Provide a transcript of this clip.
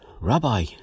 Rabbi